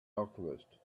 alchemist